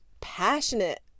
passionate